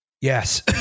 Yes